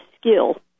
skill